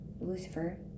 lucifer